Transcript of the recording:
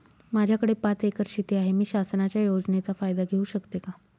माझ्याकडे पाच एकर शेती आहे, मी शासनाच्या योजनेचा फायदा घेऊ शकते का?